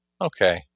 okay